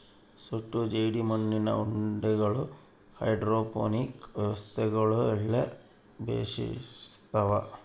ಸುಟ್ಟ ಜೇಡಿಮಣ್ಣಿನ ಉಂಡಿಗಳು ಹೈಡ್ರೋಪೋನಿಕ್ ವ್ಯವಸ್ಥೆಗುಳ್ಗೆ ಬೆಶಿರ್ತವ